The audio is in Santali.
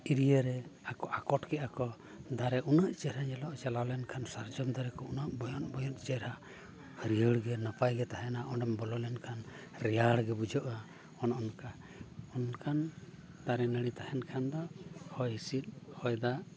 ᱨᱮ ᱟᱠᱚᱴ ᱠᱮᱫᱼᱟᱠᱚ ᱫᱟᱨᱮ ᱩᱱᱟᱹᱜ ᱪᱮᱦᱨᱟ ᱧᱮᱞᱚᱜᱼᱟ ᱪᱟᱞᱟᱣ ᱞᱮᱱᱠᱷᱟᱱ ᱥᱟᱨᱡᱚᱢ ᱫᱟᱨᱮ ᱠᱚ ᱩᱱᱟᱹᱜ ᱵᱚᱭᱚᱱᱼᱵᱚᱭᱚᱱ ᱪᱮᱦᱨᱟ ᱦᱟᱹᱨᱭᱟᱹᱲ ᱜᱮ ᱱᱟᱯᱟᱭ ᱜᱮ ᱛᱟᱦᱮᱱᱟ ᱚᱸᱰᱮᱢ ᱵᱚᱞᱚ ᱞᱮᱱᱠᱷᱟᱱ ᱨᱮᱭᱟᱲ ᱜᱮ ᱵᱩᱡᱷᱟᱹᱜᱼᱟ ᱚᱱᱼᱚᱱᱠᱟ ᱚᱱᱠᱟᱱ ᱫᱟᱨᱮᱼᱱᱟᱹᱲᱤ ᱛᱟᱦᱮᱱ ᱠᱷᱟᱱ ᱫᱚ ᱦᱚᱭᱦᱤᱸᱥᱤᱫᱽ ᱦᱚᱭᱫᱟᱜ